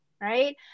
right